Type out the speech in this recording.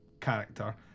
character